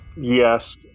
Yes